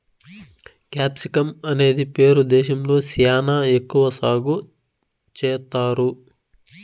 capsicum అనేది Peru దేశంలో శ్యానా ఎక్కువ సాగు చేత్తారు